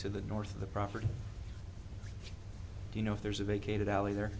to the north of the property do you know if there's a vacated alley ther